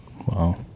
Wow